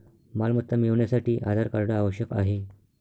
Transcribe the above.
मालमत्ता मिळवण्यासाठी आधार कार्ड आवश्यक आहे